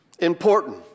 important